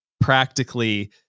practically